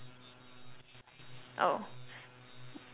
oh